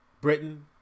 Britain